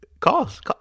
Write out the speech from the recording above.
Calls